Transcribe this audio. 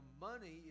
Money